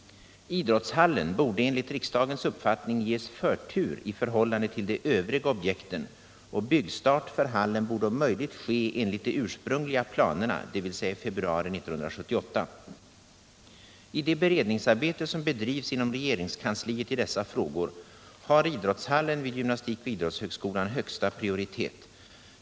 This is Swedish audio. Idrottshallen borde enligt riksdagens uppfattning ges förtur i förhållande till de övriga objekten, och byggstart för hallen borde om möjligt ske enligt de ursprungliga planerna, dvs. i februari 1978. I det beredningsarbete som bedrivs inom regeringskansliet i dessa frågor har idrottshallen vid gymnastikoch idrottshögskolan högsta prioritet.